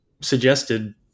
suggested